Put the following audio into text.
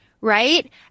Right